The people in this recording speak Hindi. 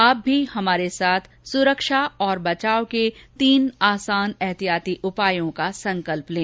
आप भी हमारे साथ सुरक्षा और बचाव के तीन आसान एहतियाती उपायों का संकल्प लें